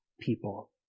people